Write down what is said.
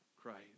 Christ